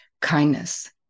kindness